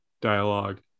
dialogue